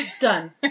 Done